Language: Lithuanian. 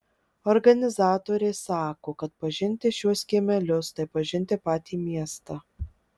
organizatoriai sako kad pažinti šiuos kiemelius tai pažinti patį miestą